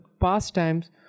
Pastimes